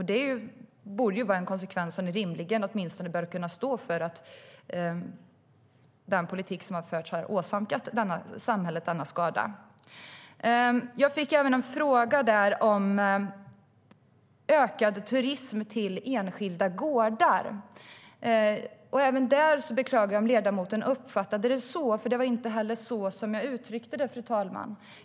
Det borde vara en konsekvens som ni borde kunna stå för - att den politik som har förts har åsamkat samhället denna skada. Jag fick också en fråga om ökad turism till enskilda gårdar. Även där beklagar jag om ledamoten uppfattade det så. Det var inte så jag uttryckte det.